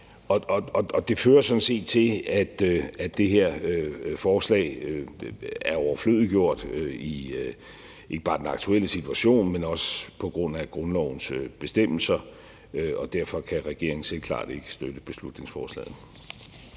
Det fører sådan set til, at det her forslag er overflødiggjort, ikke bare i den aktuelle situation, men også på grund af grundlovens bestemmelser, og derfor kan regeringen selvklart ikke støtte beslutningsforslaget.